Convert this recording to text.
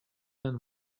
than